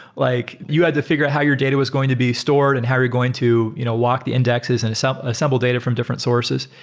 like you had to figure out how your data was going to be stored and how you're going to you know lock the indexes and so assemble data from different sources.